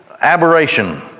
aberration